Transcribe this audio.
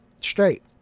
straight